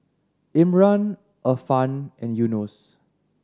Imran Irfan and Yunos